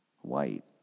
White